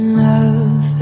love